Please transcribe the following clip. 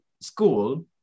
school